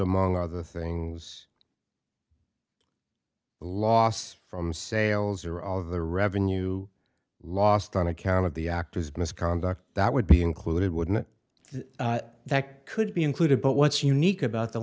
among other things loss from sales or all of the revenue lost on account of the actor's misconduct that would be included wouldn't that could be included but what's unique about the